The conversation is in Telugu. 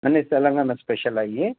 అన్నీ తెలంగాణ స్పెషల్ ఇవ్వి